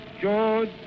George